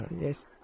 Yes